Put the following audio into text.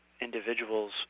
individuals